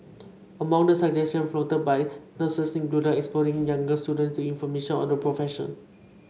among the suggestion floated by nurses included exposing younger students to information on the profession